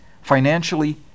financially